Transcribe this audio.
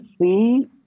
see